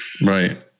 Right